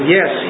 Yes